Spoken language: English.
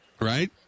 Right